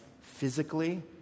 physically